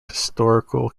historical